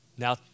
Now